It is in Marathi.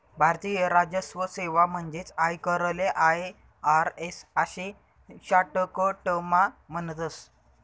भारतीय राजस्व सेवा म्हणजेच आयकरले आय.आर.एस आशे शाटकटमा म्हणतस